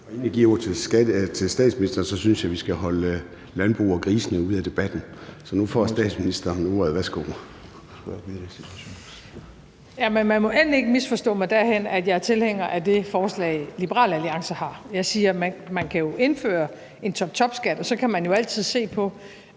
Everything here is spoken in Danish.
Inden jeg giver ordet til statsministeren, synes jeg, vi skal holde landbrug og grise ude af debatten. Nu får statsministeren ordet. Værsgo. Kl. 13:50 Statsministeren (Mette Frederiksen): Man må endelig ikke misforstå mig derhen, at jeg er tilhænger af det forslag, Liberal Alliance har. Jeg siger, at man jo kan indføre en toptopskat, og så kan man jo altid se på,